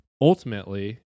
ultimately